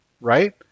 right